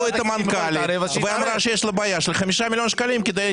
תשאלו את המנכ"לית שמרוויחה שם חצי מיליון שקל.